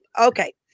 Okay